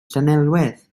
llanelwedd